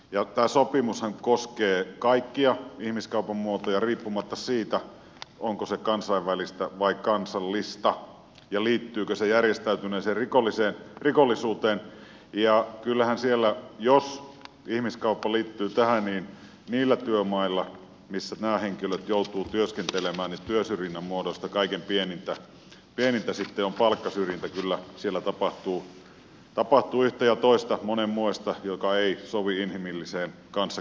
tämä sopimushan koskee kaikkia ihmiskaupan muotoja riippumatta siitä onko se kansainvälistä vai kansallista ja liittyykö se järjestäytyneeseen rikollisuuteen ja jos ihmiskauppa liittyy tähän niin kyllähän siellä niillä työmailla missä nämä henkilöt joutuvat työskentelemään työsyrjinnän muodoista kaikkein pienintä sitten on palkkasyrjintä kyllä siellä tapahtuu yhtä ja toista monenmoista mikä ei sovi inhimilliseen kanssakäymiseen